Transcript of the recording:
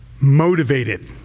motivated